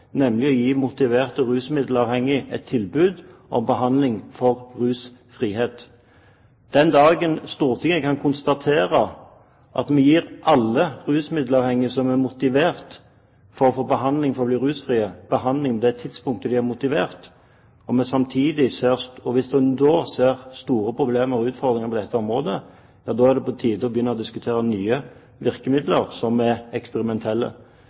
nemlig å gi motiverte rusmiddelavhengige et tilbud om behandling for rusfrihet. Den dagen Stortinget kan konstatere at vi gir alle rusmiddelavhengige som er motivert for å få behandling for å bli rusfrie, behandling på det tidspunktet de er motivert, og hvis vi da ser store problemer og utfordringer på dette området, er det på tide å begynne å diskutere nye virkemidler som er eksperimentelle.